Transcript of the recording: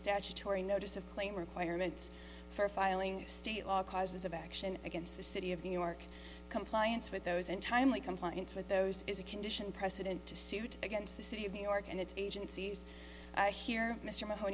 statutory notice of claim requirements for filing state law causes of action against the city of new york compliance with those in timely compliance with those is a condition precedent to suit against the city of new york and its agencies here mr m